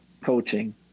coaching